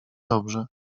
dobrze